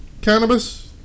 cannabis